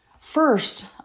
First